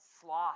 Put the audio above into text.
sloth